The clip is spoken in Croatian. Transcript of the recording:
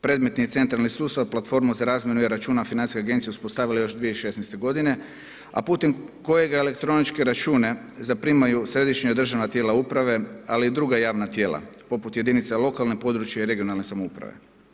Predmetni centralni sustav platforma za razmjenu e-Računa financijske agencije uspostavila je još 2016. godine, a putem kojeg elektroničke račune zaprimaju središnja državna tijela uprave, ali i druga javna tijela poput jedinica lokalne, područne i regionalne samouprave.